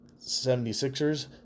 76ers